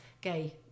gay